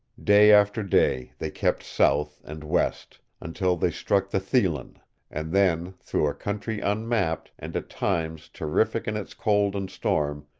day after day they kept south and west until they struck the thelon and then through a country unmapped, and at times terrific in its cold and storm,